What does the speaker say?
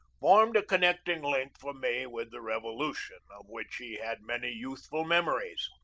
formed a connecting link for me with the rev olution, of which he had many youthful memories.